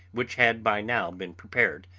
which had by now been prepared,